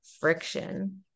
friction